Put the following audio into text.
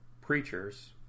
preachers